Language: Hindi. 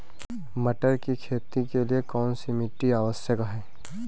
मटर की खेती के लिए कौन सी मिट्टी आवश्यक है?